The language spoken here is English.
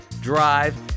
drive